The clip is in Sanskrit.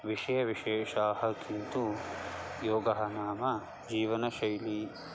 विषयविशेषाः किन्तु योगः नाम जीवनशैली